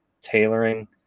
tailoring